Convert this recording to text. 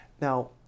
Now